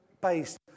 based